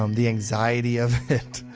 um the anxiety of it,